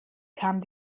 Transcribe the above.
kam